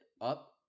up